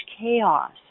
chaos